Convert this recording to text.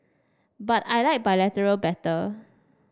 but I like bilateral better